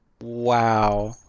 Wow